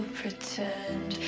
pretend